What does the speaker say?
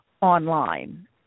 online